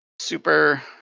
super